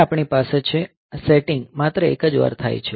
હવે આપણી પાસે છે આ સેટિંગ માત્ર એક જ વાર થાય છે